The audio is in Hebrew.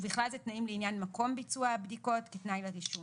ובכלל זה תנאים לעניין מקום ביצוע בדיקות כתנאי לרישום,